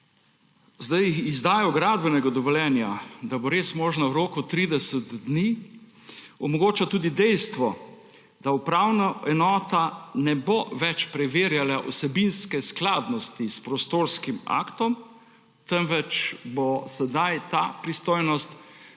Izdajo gradbenega dovoljenja, da bo res možna v roku 30 dni, omogoča tudi dejstvo, da upravna enota ne bo več preverjala vsebinske skladnosti s prostorskim aktom, temveč bo sedaj ta pristojnost prenesena